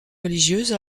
religieuse